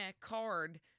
card